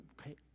okay